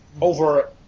over